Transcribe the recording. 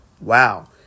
wow